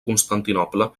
constantinoble